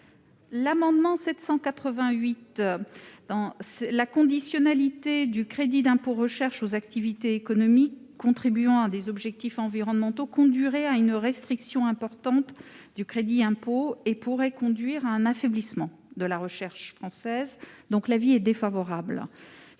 l'amendement n° 788, la conditionnalité du crédit d'impôt recherche aux activités économiques contribuant à des objectifs environnementaux conduirait à une restriction importante du crédit d'impôt et pourrait conduire à un affaiblissement de la recherche française. L'avis de